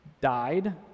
died